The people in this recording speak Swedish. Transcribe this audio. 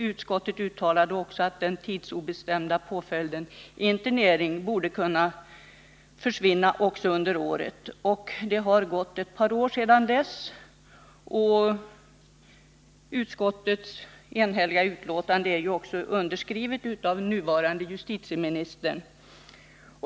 Utskottet uttalade också att den tidsobestämda påföljden internering borde kunna försvinna under året. Det har gått ett par år sedan dess. Jag kan också peka på att utskottets enhälliga betänkande är underskrivet av nuvarande justitieministern.